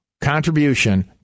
contribution